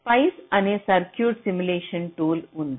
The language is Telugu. కానీ స్పైస్ అనే సర్క్యూట్ సిమ్యులేషన్ టూల్ ఉంది